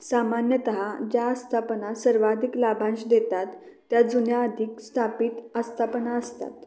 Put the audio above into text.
सामान्यतः ज्या आस्थापना सर्वाधिक लाभांश देतात त्या जुन्या अधिक स्थापित आस्थापना असतात